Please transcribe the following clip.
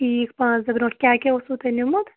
ٹھیٖک پانٛژھ دۄہ برٛونٛٹھ کیٛاہ کیٛاہ اوسوٕ تۄہہِ نِمُت